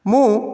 ମୁଁ